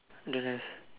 don't have